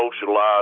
socialize